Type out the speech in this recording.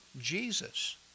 Jesus